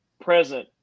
present